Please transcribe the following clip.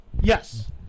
Yes